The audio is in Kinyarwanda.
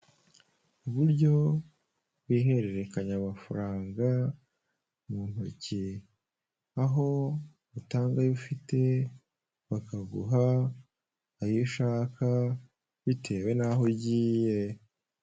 Uburyo bw'ihererekanya amafaranga muntoki, aho utanga ayo ufite bakaguha ayo ushaka, bitewe n'aho ugiye.